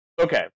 Okay